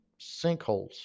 sinkholes